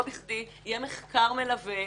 לא בכדי יהיה מחקר מלווה,